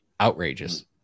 outrageous